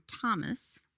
Thomas